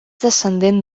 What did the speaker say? descendent